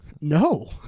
No